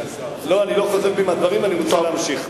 לא, אני לא חוזר בי מהדברים, אני רוצה להמשיך.